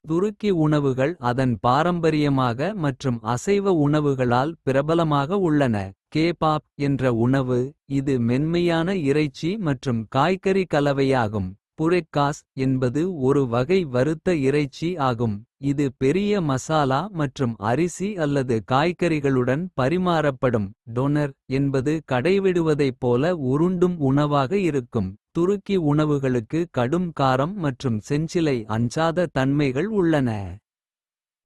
துருக்கி உணவுகள் அதன் பாரம்பரியமாக மற்றும். அசைவ உணவுகளால் பிரபலமாக உள்ளன கேபாப். என்ற உணவு இது மென்மையான இறைச்சி. மற்றும் காய்கறி கலவையாகும் புரெக்காஸ். என்பது ஒரு வகை வறுத்த இறைச்சி ஆகும் இது பெரிய. மசாலா மற்றும் அரிசி அல்லது காய்கறிகளுடன் பரிமாறப்படும். டொனர் என்பது கடைவிடுவதைப் போல உருண்டும் உணவாக. இருக்கும் துருக்கி உணவுகளுக்கு கடும் காரம் மற்றும். செஞ்சிலை அஞ்சாத தன்மைகள் உள்ளன.